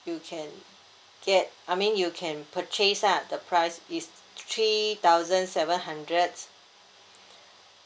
you can get I mean you can purchase lah the price is three thousand seven hundred